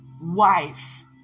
wife